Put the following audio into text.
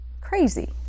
crazy